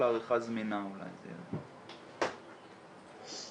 נתונים שאני חושף